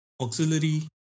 auxiliary